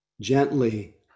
gently